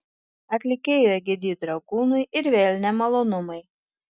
atlikėjui egidijui dragūnui ir vėl nemalonumai